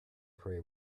prey